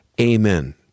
amen